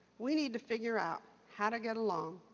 we need to figure out how to get along,